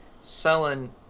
selling